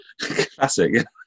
Classic